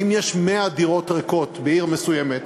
ואם יש 100 דירות ריקות בעיר מסוימת,